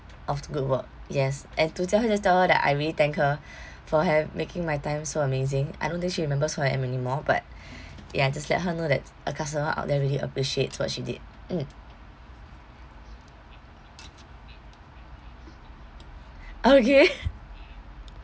of the good work yes and to jia hui just tell her that I really thank her for ha~ making my time so amazing I don't think she remembers who I am anymore but ya just let her know that a customer out there really appreciates what she did mm okay